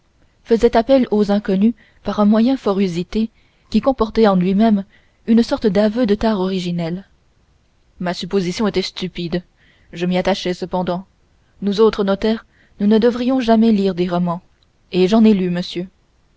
faisait appel aux inconnus par un moyen fort usité qui comportait en lui-même une sorte d'aveu de tare originelle ma supposition était stupide je m'y attachai cependant nous autres notaires nous ne devrions jamais lire des romans et j'en ai lu monsieur